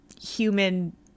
human